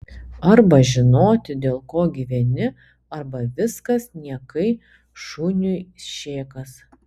arba žinoti dėl ko gyveni arba viskas niekai šuniui šėkas